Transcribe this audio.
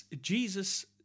Jesus